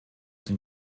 den